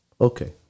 Okay